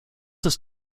ist